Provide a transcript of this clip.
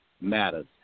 matters